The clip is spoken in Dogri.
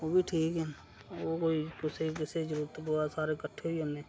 ओह् बी ठीक ऐ ओह् कोई कुसै कुसै जरूरत पोऐ सारे कट्ठे होई जन्ने